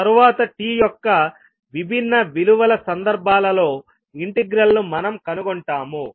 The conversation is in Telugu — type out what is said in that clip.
తరువాత t యొక్క విభిన్న విలువల సందర్భాలలో ఇంటెగ్రల్ ను మనం కనుగొంటాము